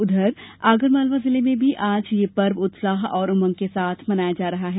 उधर आगरमालवा जिले में भी आज यह पर्व उत्साह और उमंग के साथ मनाया जा रहा है